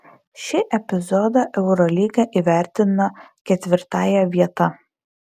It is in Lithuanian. šį epizodą eurolyga įvertino ketvirtąja vieta